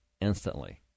instantly